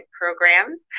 programs